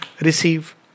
receive